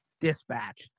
dispatched